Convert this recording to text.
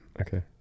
Okay